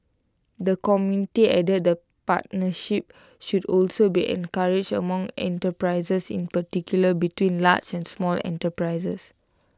the committee added that partnerships should also be encouraged among enterprises in particular between large and small enterprises